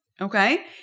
Okay